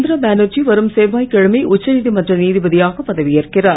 இந்திரா பானர்ஜி வரும் செவ்வாய் கிழமை உச்ச நீதிமன்ற நீதிபதியாக பதவி ஏற்கிறார்